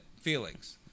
feelings